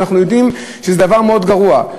ואנחנו יודעים שזה דבר מאוד גרוע.